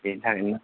बिनि थाखायनो